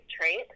trait